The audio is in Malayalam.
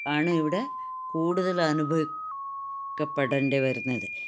ആണ് ഇവിടെ കൂടുതലനുഭവി ക്കപ്പെടണ്ട വരുന്നത്